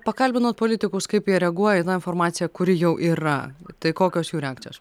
pakalbinot politikus kaip jie reaguoja į tą informaciją kuri jau yra tai kokios jų reakcijos